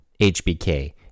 hbk